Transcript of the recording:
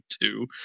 two